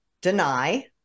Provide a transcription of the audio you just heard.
deny